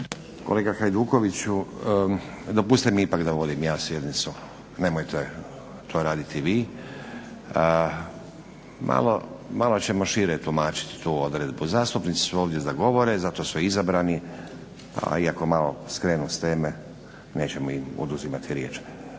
Kolega Hajdukoviću, dopustiti mi ipak da vodim ja sjednicu, nemojte to raditi vi. Malo ćemo šire tumačiti tu odredbu, zastupnici su ovdje da govore zato su izabrani, a iako malo skrenu s teme nećemo im oduzimati riječ.